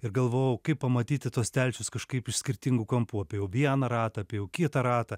ir galvojau kaip pamatyti tuos telšius kažkaip iš skirtingų kampų apėjau vieną ratą apėjau kitą ratą